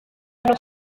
los